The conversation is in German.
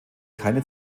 keine